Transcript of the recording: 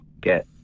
get